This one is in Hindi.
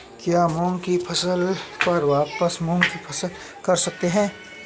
क्या मूंग की फसल पर वापिस मूंग की फसल कर सकते हैं?